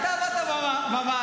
אתה עבדת בוועדה,